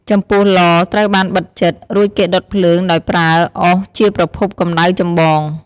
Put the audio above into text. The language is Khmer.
ចំពោះ ឡ ត្រូវបានបិទជិត រួចគេដុតភ្លើងដោយប្រើអុសជាប្រភពកំដៅចម្បង។